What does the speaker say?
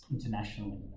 internationally